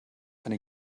eine